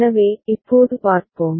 எனவே இப்போது பார்ப்போம்